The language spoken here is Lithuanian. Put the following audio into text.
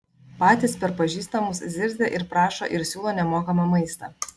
patys per pažįstamus zirzia ir prašo ir siūlo nemokamą maistą